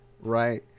right